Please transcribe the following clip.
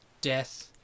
death